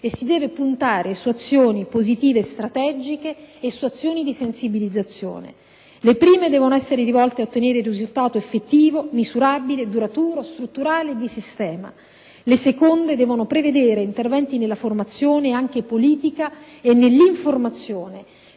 Si deve puntare su azioni positive strategiche e su azioni di sensibilizzazione. Le prime devono essere rivolte a ottenere un risultato effettivo, misurabile, duraturo, strutturale e di sistema; le seconde devono prevedere interventi nella formazione anche politica e nell'informazione,